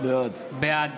בעד